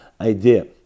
idea